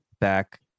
back